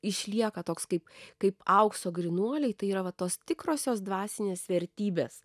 išlieka toks kaip kaip aukso grynuoliai tai yra va tos tikrosios dvasinės vertybės